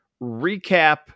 recap